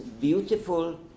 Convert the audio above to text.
beautiful